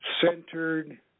centered